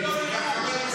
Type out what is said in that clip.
שאני ספגתי פה,